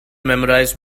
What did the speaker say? memorize